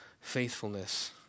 faithfulness